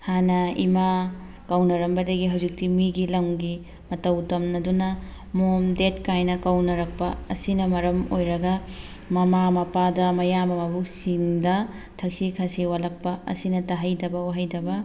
ꯍꯥꯟꯅ ꯏꯃꯥ ꯀꯧꯅꯔꯝꯕꯗꯒꯤ ꯍꯧꯖꯤꯛꯇꯤ ꯃꯤꯒꯤ ꯂꯝꯒꯤ ꯃꯇꯧ ꯇꯝꯅꯗꯨꯅ ꯃꯣꯝ ꯗꯦꯠ ꯀꯥꯏꯅ ꯀꯧꯅꯔꯛꯄ ꯑꯁꯤꯅ ꯃꯔꯝ ꯑꯣꯏꯔꯒ ꯃꯃꯥ ꯃꯄꯥꯗ ꯃꯌꯥꯝꯕ ꯃꯕꯨꯡꯁꯤꯡꯗ ꯊꯛꯁꯤ ꯈꯥꯁꯤ ꯋꯥꯠꯂꯛꯄ ꯑꯁꯤꯅ ꯇꯥꯍꯩꯗꯕ ꯎꯍꯩꯗꯕ